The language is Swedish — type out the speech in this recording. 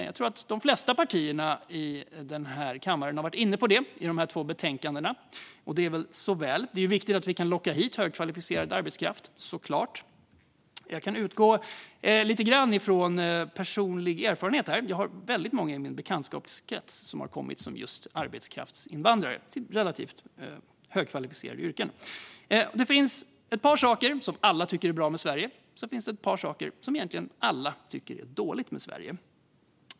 Jag tror att de flesta partier i denna kammare har varit inne på detta i dessa två betänkanden, och det är väl bra; det är såklart viktigt att vi kan locka hit högkvalificerad arbetskraft. Jag kan utgå lite grann från personlig erfarenhet, för jag har väldigt många i min bekantskapskrets som har kommit som just arbetskraftsinvandrare inom relativt högkvalificerade yrken. Det finns ett par saker som alla tycker är bra med Sverige, och sedan finns det ett par saker som egentligen alla tycker är dåligt.